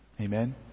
Amen